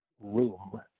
room